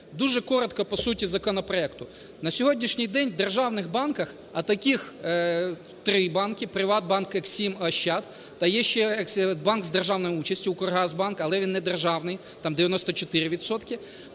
Дуже коротко по суті законопроекту. На сьогоднішній день в державних банках, а таких три банки: "ПриватБанк", "Ексім", "Ощад". Та є ще банк з державною участю "Укргазбанк", але він не державний, там 94